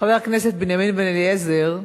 חבר הכנסת בנימין בן-אליעזר,